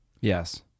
Yes